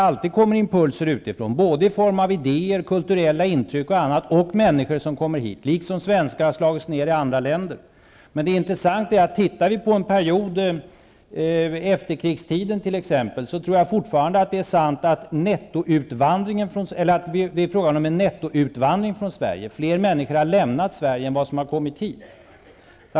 Alltid kommer det impulser utifrån, både i form av idéer och kulturella intryck och i form av människor som kommer hit, liksom svenskar har slagit sig ner i andra länder. Men under efterkrigstiden har det varit en nettoutvandring från Sverige. Fler människor har lämnat Sverige än de som kommit hit.